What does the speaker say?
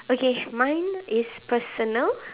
okay mine is personal